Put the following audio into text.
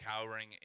cowering